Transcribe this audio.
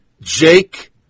Jake